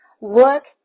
Look